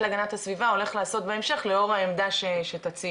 להגנת הסביבה הולך לעשות בהמשך לאור העמדה שתציגי.